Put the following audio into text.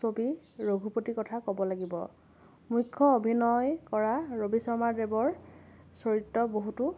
ছবি ৰঘুপতিৰ কথা ক'ব লাগিব মুখ্য় অভিনয় কৰা ৰবি শৰ্মাদেৱৰ চৰিত্ৰৰ বহুতো